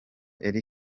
elie